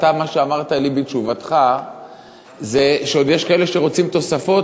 מה שאתה אמרת לי בתשובתך זה שעוד יש כאלה שרוצים תוספות,